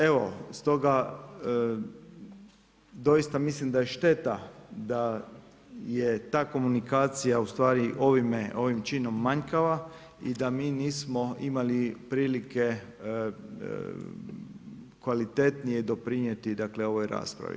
Evo, stoga, doista mislim da je šteta da je ta komunikacija ustvari ovim činom manjkava i da mi nismo imali prilike kvalitetnije doprinijeti ovoj raspravi.